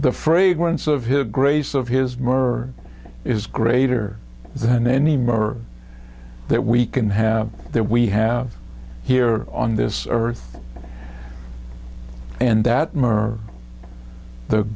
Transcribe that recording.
the fragrance of his grace of his murder is greater than any murder that we can have that we have here on this earth and that